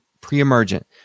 pre-emergent